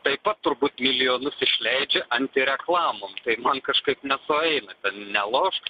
taip pat turbūt milijonus išleidžia antireklamom tai man kažkaip nesueina nelošk